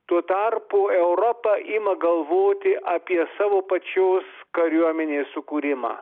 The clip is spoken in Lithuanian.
tuo tarpu europa ima galvoti apie savo pačios kariuomenės sukūrimą